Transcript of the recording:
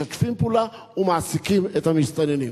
משתפים פעולה ומעסיקים את המסתננים.